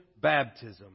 baptism